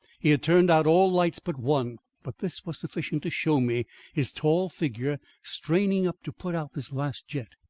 he had turned out all lights but one, but this was sufficient to show me his tall figure straining up to put out this last jet.